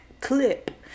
clip